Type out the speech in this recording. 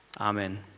Amen